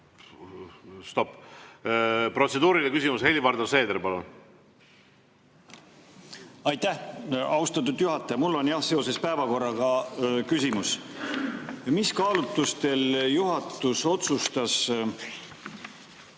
Stopp. Protseduuriline küsimus, Helir-Valdor Seeder, palun! Aitäh! Austatud juhataja, mul on seoses päevakorraga küsimus. Mis kaalutlustel juhatus otsustas,